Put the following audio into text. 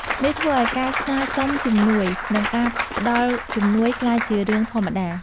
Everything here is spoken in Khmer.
នេះធ្វើឲ្យការស្នើសុំជំនួយ និងការផ្តល់ជំនួយក្លាយជារឿងធម្មតា។